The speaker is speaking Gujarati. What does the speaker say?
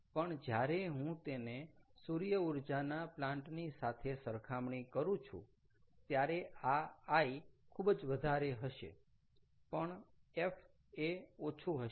પણ જ્યારે હું તેને સૂર્યઊર્જાના પ્લાન્ટ ની સાથે સરખામણી કરું છું ત્યારે આ I ખૂબ જ વધારે હશે પણ F એ ઓછું હશે